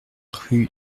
rue